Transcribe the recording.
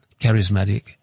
charismatic